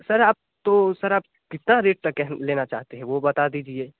sir आप तो sir आप सर कितना रेट तक लेना चाहते हैं वह बता दीजिए